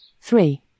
three